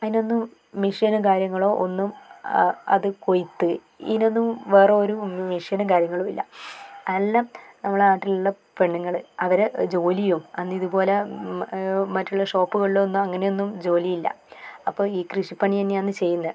അതിനൊന്നും മെഷീനും കാര്യങ്ങളോ ഒന്നും അത് കൊയ്ത്ത് ഇതിനൊന്നും വേറെ ഒരു മെഷീനും കാര്യങ്ങളും ഇല്ല എല്ലാം നമ്മളുടെ നാട്ടിലുള്ള പെണ്ണുങ്ങൾ അവരുടെ ജോലിയും അന്ന് ഇതുപോലെ മറ്റുള്ള ഷോപ്പുകളിലൊന്നും അങ്ങനെയൊന്നും ജോലിയില്ല അപ്പോൾ ഈ കൃഷിപ്പണി തന്നെയാണ് ചെയ്യുന്നത്